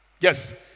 Yes